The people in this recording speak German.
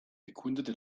bekundete